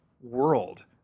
world